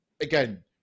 Again